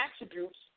attributes